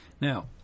Now